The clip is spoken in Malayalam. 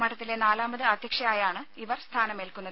മഠത്തിലെ നാലാമത് അധ്യക്ഷയായാണ് ഇവർ സ്ഥാനമേൽക്കുന്നത്